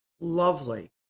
lovely